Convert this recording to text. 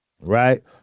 right